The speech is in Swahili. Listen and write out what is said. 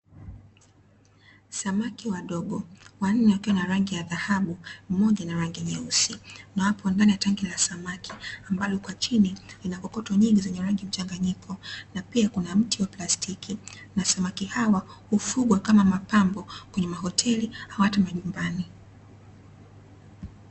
Samaki wadogo wanne, wakiwa na rangi ya dhahabu, mmoja akiwa na rangi nyeusi na wapo ndani ya tangi la samaki, ambalo kwa chini lina kokoto nyingi zenye rangi mchanganyiko, na pia kuna mti wa plastiki na samaki hawa hufugwa kama mapambo kwenye mahoteli au hata majumbani.